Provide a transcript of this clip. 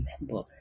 remember